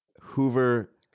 Hoover